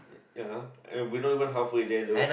ya we not even halfway there though